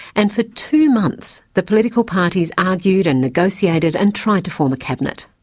and for two months the political parties argued and negotiated and tried to form a cabinet.